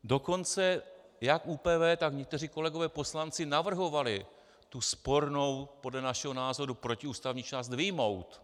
Dokonce jak ÚPV, tak někteří kolegové poslanci navrhovali tu spornou, podle našeho názoru protiústavní část vyjmout.